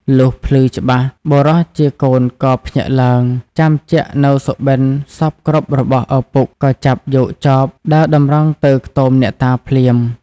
លុះភ្លឺច្បាស់បុរសជាកូនក៏ភ្ញាក់ឡើង ចាំជាក់នូវសុបិនសព្វគ្រប់របស់ឪពុក ក៏ចាប់យកចបដើរតម្រង់ទៅខ្ទមអ្នកតាភ្លាម។